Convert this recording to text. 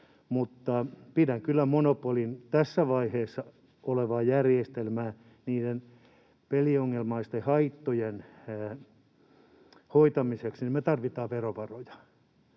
monopolina olevaa järjestelmää, sillä peliongelmaisten haittojen hoitamiseksi me tarvitaan verovaroja.